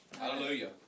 Hallelujah